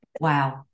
Wow